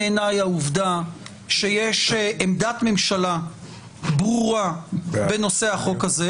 לעמוד בחזית של השוטרים ולהביע את עמדתי לגבי החוק הזה.